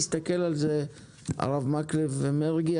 הרב מקלב ומרגי,